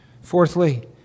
Fourthly